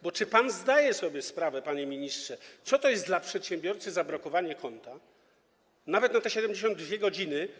Czy bowiem pan zdaje sobie sprawę, panie ministrze, co to jest dla przedsiębiorcy zablokowanie konta nawet na te 72 godziny?